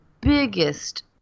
biggest